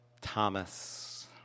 Thomas